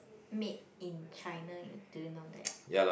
made in China you do you know that